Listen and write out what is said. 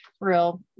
real